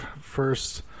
first